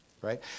Right